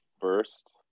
first